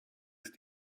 ist